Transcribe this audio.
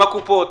עם הקופות,